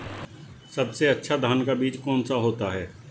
सबसे अच्छा धान का बीज कौन सा होता है?